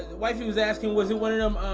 why she was asking wasn't one of them